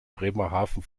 bremerhaven